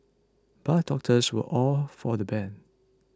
but doctors were all for the ban